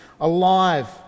alive